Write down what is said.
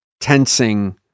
tensing